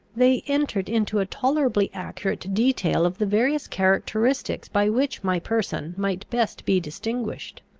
they entered into a tolerably accurate detail of the various characteristics by which my person might best be distinguished.